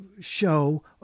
show